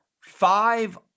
five